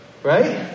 Right